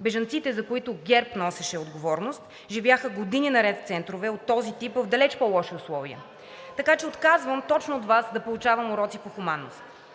Бежанците, за които ГЕРБ носеше отговорност, живяха години наред в центрове от този тип в далеч по-лоши условия. (Шум и реплики от ГЕРБ-СДС: „Еее!“) Така че отказвам точно от Вас да получавам уроци по хуманност.